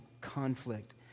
conflict